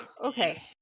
Okay